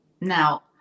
Now